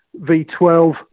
V12